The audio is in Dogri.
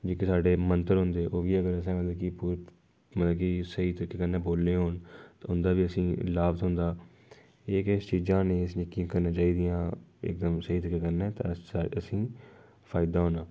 जेह्के साढ़ै मंत्र होंदे ओह् बी अगर असें मतलब कि मतलब कि स्हेई तरीके कन्नै बोले दे होन ते उं'दा बी असें गी लाभ थ्होंदा एह् किश चीज़ां न जेह्कियां करना चाहिदियां तुसेंगी एह्दे कन्नै असें गी फायदा होना